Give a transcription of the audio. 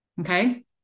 Okay